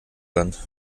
land